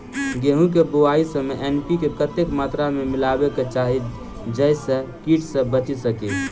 गेंहूँ केँ बुआई समय एन.पी.के कतेक मात्रा मे मिलायबाक चाहि जाहि सँ कीट सँ बचि सकी?